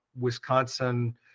Wisconsin